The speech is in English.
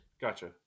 Gotcha